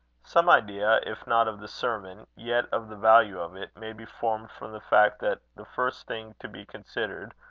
some idea, if not of the sermon, yet of the value of it, may be formed from the fact, that the first thing to be considered,